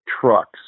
trucks